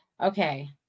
Okay